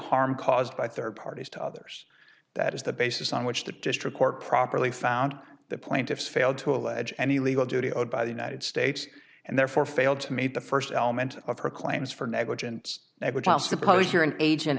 harm caused by third parties to others that is the basis on which the district court properly found the plaintiffs fail to allege any legal duty owed by the united states and therefore failed to meet the first element of her claims for negligence which i suppose you're an agent